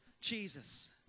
Jesus